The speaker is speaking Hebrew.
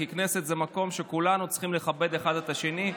כי הכנסת היא מקום שבו כולנו צריכים לכבד אחד את השני,